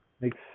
Makes